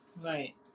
Right